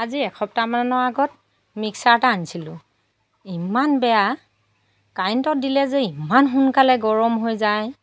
আজি এসপ্তাহমানৰ আগত মিক্সাৰ এটা আনিছিলোঁ ইমান বেয়া কাৰেণ্টত দিলে যে ইমান সোনকালে গৰম হৈ যায়